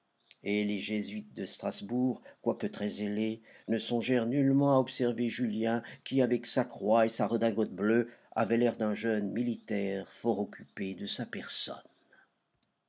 et les jésuites de strasbourg quoique très zélés ne songèrent nullement à observer julien qui avec sa croix et sa redingote bleue avait l'air d'un jeune militaire fort occupé de sa personne